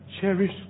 Cherish